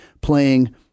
Playing